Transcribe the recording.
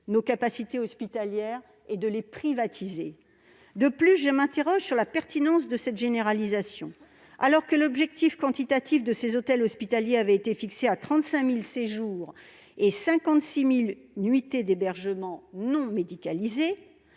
nos capacités hospitalières et de les privatiser. Par ailleurs, je m'interroge sur la pertinence de cette généralisation. Alors que l'objectif quantitatif de ces hôtels hospitaliers avait été fixé à 35 000 séjours et 56 000 nuitées d'hébergement non médicalisées,